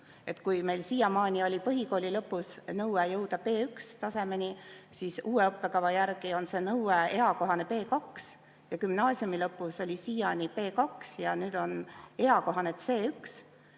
Kui meil siiamaani oli põhikooli lõpus nõue jõuda B1-tasemeni, siis uue õppekava järgi on eakohane B2, ja kui gümnaasiumi lõpus oli siiani B2, siis nüüd on eakohane C1.